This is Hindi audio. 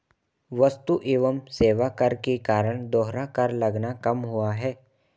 वस्तु एवं सेवा कर के कारण दोहरा कर लगना कम हुआ है